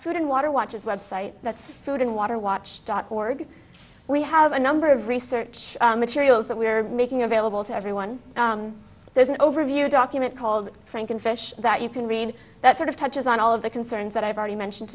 food and water watch as website that's food and water watch dot org we have a number of research materials that we are making available to everyone there's an overview document called frankenfish that you can read that sort of touches on all of the concerns that i've already mentioned